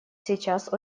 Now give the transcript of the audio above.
сейчас